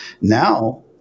now